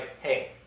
hey